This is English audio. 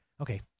Okay